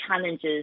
challenges